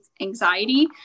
anxiety